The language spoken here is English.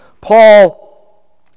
Paul